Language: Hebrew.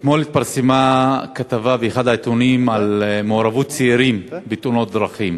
אתמול התפרסמה כתבה באחד העיתונים על מעורבות צעירים בתאונות דרכים.